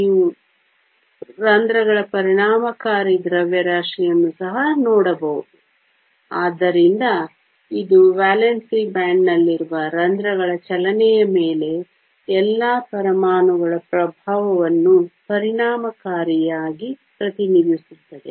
ನೀವು ರಂಧ್ರಗಳ ಪರಿಣಾಮಕಾರಿ ದ್ರವ್ಯರಾಶಿಯನ್ನು ಸಹ ನೋಡಬಹುದು ಆದ್ದರಿಂದ ಇದು ವೇಲೆನ್ಸಿ ಬ್ಯಾಂಡ್ನಲ್ಲಿನ ರಂಧ್ರಗಳ ಚಲನೆಯ ಮೇಲೆ ಎಲ್ಲಾ ಪರಮಾಣುಗಳ ಪ್ರಭಾವವನ್ನು ಪರಿಣಾಮಕಾರಿಯಾಗಿ ಪ್ರತಿನಿಧಿಸುತ್ತದೆ